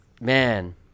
man –